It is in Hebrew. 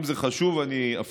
אם זה חשוב, אני אפרט: